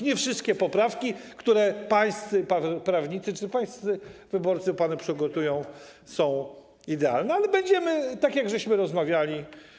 Nie wszystkie poprawki, które pańscy prawnicy czy pańscy wyborcy panu przygotują, są idealne, ale będziemy, tak jak rozmawialiśmy.